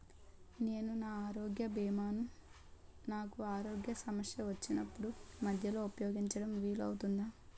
నేను నా ఆరోగ్య భీమా ను నాకు ఆరోగ్య సమస్య వచ్చినప్పుడు మధ్యలో ఉపయోగించడం వీలు అవుతుందా?